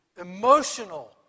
emotional